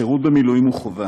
השירות במילואים הוא חובה.